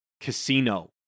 Casino